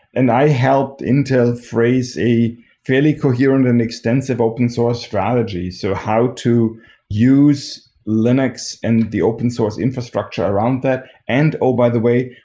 and i helped intel phrase a fairly coherent and extensive open-source strategies. so how to use linux and the open source infrastructure around that. and oh by the way,